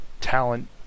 talent